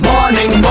Morning